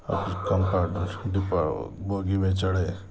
اور کچھ کچھ ڈبہ بوگی میں چڑھے